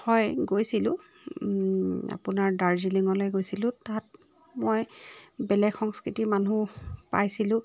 হয় গৈছিলোঁ আপোনাৰ দাৰ্জিলিঙলৈ গৈছিলোঁ তাত মই বেলেগ সংস্কৃতিৰ মানুহ পাইছিলোঁ